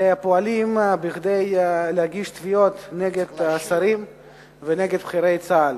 ופועלים כדי להגיש תביעות נגד שרים ונגד בכירי צה"ל.